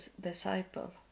disciple